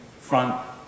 front